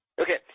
Okay